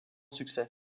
succès